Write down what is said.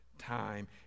time